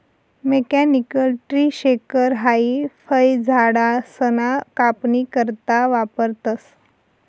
mechanical tree shaker हाई फयझाडसना कापनी करता वापरतंस